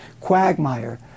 quagmire